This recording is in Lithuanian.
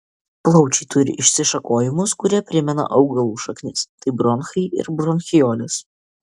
plaučiai turi išsišakojimus kurie primena augalų šaknis tai bronchai ir bronchiolės